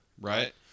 Right